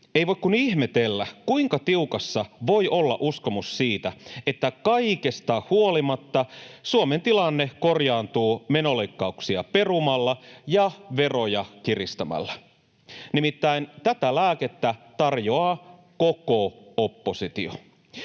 ei voi kuin ihmetellä, kuinka tiukassa voi olla uskomus siitä, että kaikesta huolimatta Suomen tilanne korjaantuu menoleikkauksia perumalla ja veroja kiristämällä. Nimittäin tätä lääkettä tarjoaa koko oppositio: